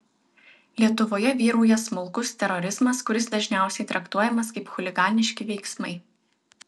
lietuvoje vyrauja smulkus terorizmas kuris dažniausiai traktuojamas kaip chuliganiški veiksmai